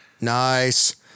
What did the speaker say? Nice